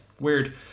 Weird